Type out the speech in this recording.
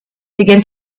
began